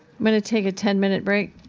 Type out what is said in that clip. going to take a ten-minute break.